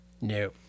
no